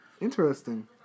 Interesting